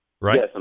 Right